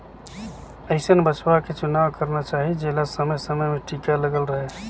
अइसन बछवा के चुनाव करना चाही जेला समे समे में टीका लगल रहें